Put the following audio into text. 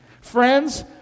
Friends